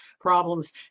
problems